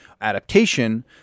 adaptation